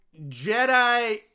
Jedi